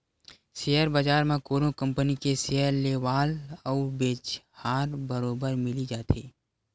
share बजार म कोनो कंपनी के सेयर लेवाल अउ बेचहार बरोबर मिली जाथे